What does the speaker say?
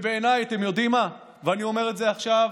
ובעיניי, אתם יודעים מה, ואני אומר את זה עכשיו